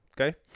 Okay